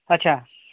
ᱟᱪᱪᱷᱟ